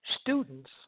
students